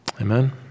Amen